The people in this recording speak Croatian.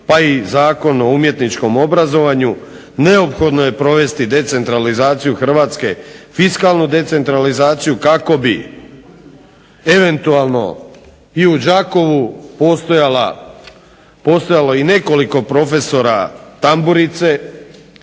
pa i zakon o umjetničkom obrazovanju neophodno je provesti decentralizaciju Hrvatske, fiskalnu decentralizaciju kako bi eventualno i u Đakovu postojalo i nekoliko profesora tamburice